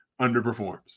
underperforms